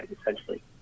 essentially